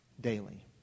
daily